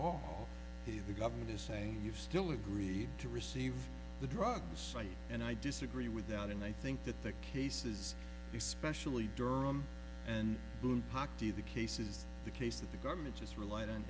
the the government is saying you've still agreed to receive the drug site and i disagree with that and i think that the cases especially durham and boom do the cases the case that the government has relied on